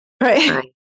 Right